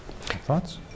Thoughts